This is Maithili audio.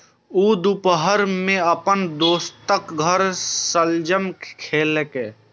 ऊ दुपहर मे अपन दोस्तक घर शलजम खेलकै